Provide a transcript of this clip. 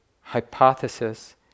hypothesis